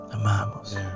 Amamos